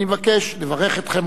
אני מבקש לברך אתכם,